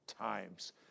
times